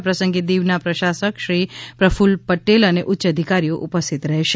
આ પ્રસંગે દીવના પ્રશાસક શ્રી પ્રકુલ પટેલ અને ઉચ્ય અધિકારીઓ ઉપસ્થિત રહેશે